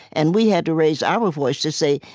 and we had to raise our voice to say,